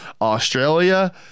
Australia